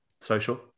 Social